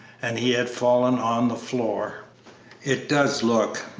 and he had fallen on the floor it does look,